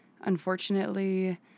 Unfortunately